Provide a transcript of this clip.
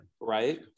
right